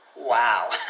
Wow